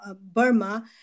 Burma